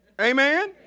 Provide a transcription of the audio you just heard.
Amen